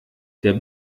der